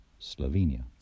Slovenia